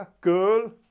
Girl